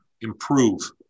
improve